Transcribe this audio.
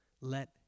Let